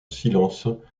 silence